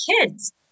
kids